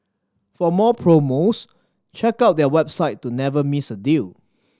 for more promos check out their website to never miss a deal